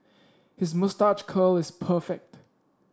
his moustache curl is perfect